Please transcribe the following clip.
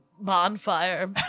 Bonfire